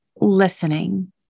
listening